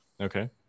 okay